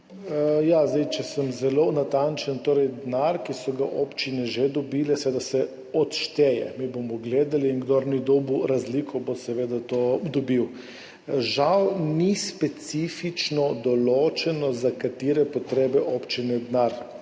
za zdravje):** Če sem zelo natančen, denar, ki so ga občine že dobile, se odšteje. Mi bomo gledali, in kdor ni dobil razlike, bo seveda to dobil. Žal ni specifično določeno, za katere potrebe občine denar